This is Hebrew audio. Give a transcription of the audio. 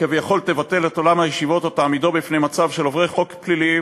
שכביכול תבטל את עולם הישיבות או תעמידו בפני מצב של עוברי חוק פליליים,